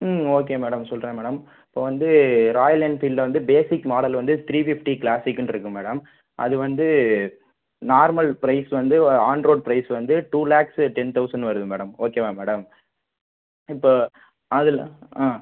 ம் okay madam சொல்கிறேன் madam இப்போ வந்து ராயல் என்ஃபீல்டில் வந்து பேசிக் மாடல் வந்து த்ரீ ஃபிஃப்டி க்ளாஸிக்னு இருக்குது மேடம் அது வந்து நார்மல் ப்ரைஸ் வந்து ஆன்ரோட் ப்ரைஸ் வந்து டூ லேக்ஸு டென் தௌசண்ட் வருது மேடம் ஓகேவா மேடம் இப்போ அதில் ஆ